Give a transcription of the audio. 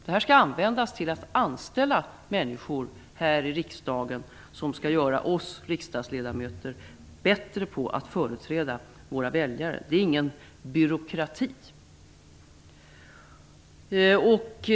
Anslaget skall användas till att anställa människor här i riksdagen som skall göra oss riksdagsledamöter bättre på att företräda våra väljare. Det är inte fråga om någon byråkrati.